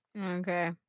Okay